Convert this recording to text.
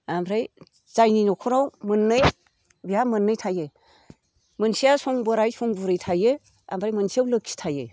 ओमफ्राय जायनि न'खराव मोननै बेहा मोननै थायो मोनसेया सं बोराय सं बुरै थायो ओमफ्राय मोनसेयाव लोक्षि थायो